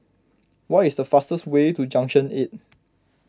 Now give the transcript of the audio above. what is the fastest way to Junction eight